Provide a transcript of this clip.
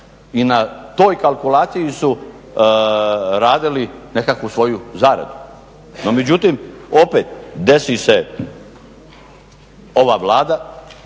i na toj kalkulaciji su radili nekakvu svoju zaradu, no međutim opet desi se ova Vlada.